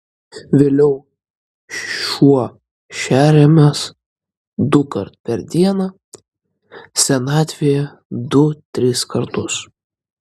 vėliau šuo šeriamas dukart per dieną senatvėje du tris kartus